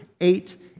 eight